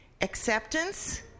acceptance